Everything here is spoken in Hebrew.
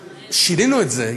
שינינו את זה.